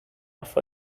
for